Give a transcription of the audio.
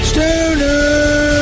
Stoner